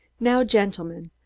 now, gentlemen,